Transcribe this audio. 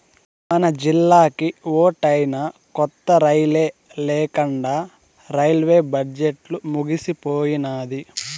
మనజిల్లాకి ఓటైనా కొత్త రైలే లేకండా రైల్వే బడ్జెట్లు ముగిసిపోయినాది